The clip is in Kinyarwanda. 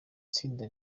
tsinda